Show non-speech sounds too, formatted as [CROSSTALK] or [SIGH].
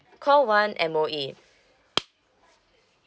call one M_O_E [NOISE]